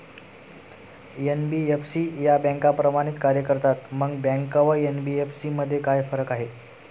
NBFC या बँकांप्रमाणेच कार्य करतात, मग बँका व एन.बी.एफ.सी मध्ये काय फरक आहे?